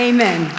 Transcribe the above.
Amen